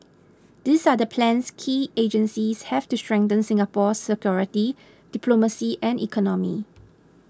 these are the plans key agencies have to strengthen Singapore's security diplomacy and economy